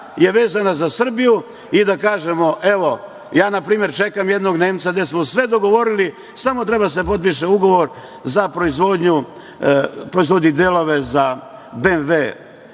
je vezana za Srbiju i da kažemo, evo, ja na primer čekam jednog Nemca, gde smo sve dogovorili, samo treba da se potpiše ugovor, za proizvodnju delova za BMW